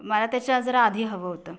मला त्याच्या जरा आधी हवं होतं